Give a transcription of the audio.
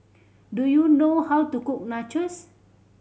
do you know how to cook Nachos